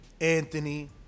Anthony